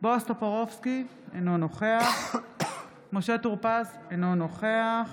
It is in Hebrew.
בועז טופורובסקי, אינו נוכח משה טור פז, אינו נוכח